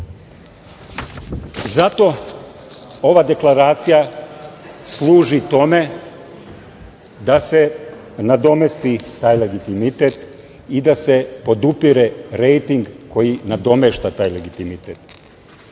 ova Deklaracija služi tome da se nadomesti taj legitimitet i da se podupire rejting koji nadomešta taj legitimitet.